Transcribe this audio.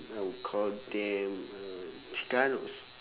I would call them uh chikanos